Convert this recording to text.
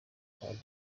hari